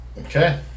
Okay